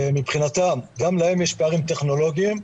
מבחינתם גם להם יש פערים טכנולוגיים.